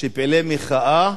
שפעילי מחאה,